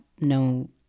no